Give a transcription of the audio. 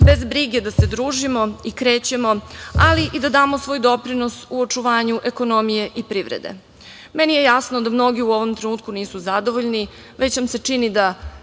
bez brige da se družimo i krećemo, ali i da damo svoj doprinos u očuvanju ekonomije i privrede. Meni je jasno da mnogi u ovom trenutku nisu zadovoljni. Već nam se čini da